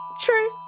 true